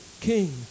king